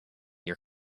your